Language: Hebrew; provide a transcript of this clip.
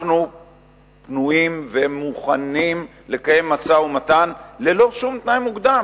אנחנו פנויים ומוכנים לקיים משא-ומתן ללא שום תנאי מוקדם.